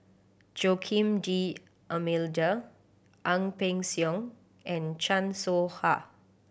Joaquim D'Almeida Ang Peng Siong and Chan Soh Ha